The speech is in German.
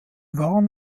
waren